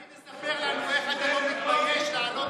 אולי תספר לנו איך אתה לא מתבייש לעלות